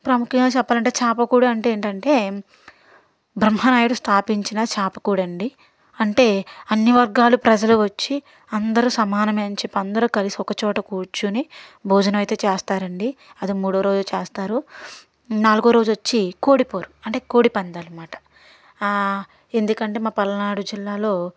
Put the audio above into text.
ప్రముఖంగా చెప్పాలంటే చాపకూడు అంటే ఏంటంటే బ్రహ్మనాయుడు స్థాపించిన చాపకూడు అండీ అంటే అన్ని వర్గాలు ప్రజలు వచ్చి అందరూ సమానమే చెప్పి అందరూ కలిసి ఒక చోట కూర్చొని భోజనం అయితే చేస్తారండి అది మూడో రోజు చేస్తారు నాలుగో రోజు వచ్చి కూడిపోరు అంటే కోడిపందాలు అనమాట ఎందుకంటే మా పలనాడు జిల్లాలో